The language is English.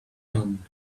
done